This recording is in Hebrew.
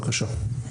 בבקשה.